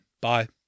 Bye